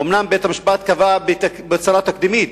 אומנם בית-המשפט קבע בצורה תקדימית